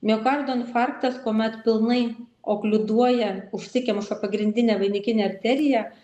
miokardo infarktas kuomet pilnai okliuduoja užsikemša pagrindinė vainikinė arterija